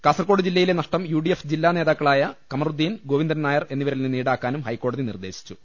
കാസർകോട് ജില്ലയിലെ നഷ്ടം UDF ജില്ലാ നേതാ ക്കളായ കമറുദ്ദീൻ ഗോവിന്ദൻ നായർ എന്നിവരിൽ നിന്ന് ഈടാ ക്കാനും ഹൈക്കോടതി നിർദേശിച്ചു